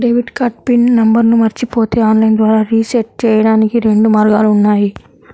debit card PIN నంబర్ను మరచిపోతే online ద్వారా రీసెట్ చెయ్యడానికి రెండు మార్గాలు ఉన్నాయి